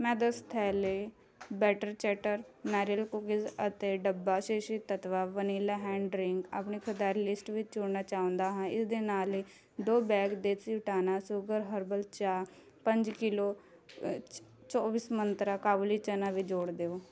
ਮੈਂ ਦਸ ਥੈਲੈ ਬੈਟਰ ਚੈਟਰ ਨਾਰੀਅਲ ਕੂਕੀਜ਼ ਅਤੇ ਡੱਬਾ Shri Shri Tattva vanilla hand drink ਆਪਣੀ ਖਰੀਦਦਾਰੀ ਲਿਸਟ ਵਿੱਚ ਜੋੜਨਾ ਚਾਹੁੰਦਾ ਹਾਂ ਇਸ ਦੇ ਨਾਲ ਹੀ ਦੋ ਬੈਗ ਦੇਸੀ ਉਟਾਨਾ ਸੂਗਰ ਹਰਬਲ ਚਾਹ ਪੰਜ ਕਿੱਲੋ ਅ ਚ ਚੌਵੀਸ ਮੰਤਰਾਂ ਕਾਬੁਲੀ ਚਨਾ ਵੀ ਜੋੜ ਦੇਵੋ